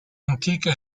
antiche